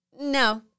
no